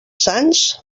sants